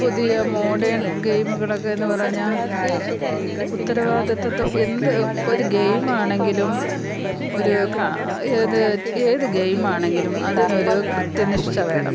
പുതിയ മോഡേൺ ഗെയിമുകളൊക്കെ എന്നു പറഞ്ഞാൽ ഉത്തരവാദിത്തം എന്ത് ഒരു ഗെയിമാണെങ്കിലും ഒരു ഏത് ഏത് ഗെയിമാണെങ്കിലും അതിനൊരു കൃത്യനിഷ്ഠ വേണം